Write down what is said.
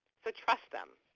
so trust them.